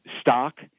stock